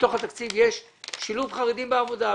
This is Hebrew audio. ובתוך התקציב יש שילוב חרדים בעבודה.